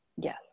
Yes